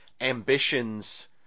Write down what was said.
ambitions